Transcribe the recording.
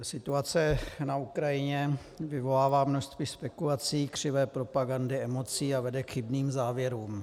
Situace na Ukrajině vyvolává množství spekulací, křivé propagandy, emocí a vede k chybným závěrům.